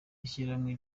ishyirahamwe